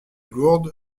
lourde